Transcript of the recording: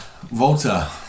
Volta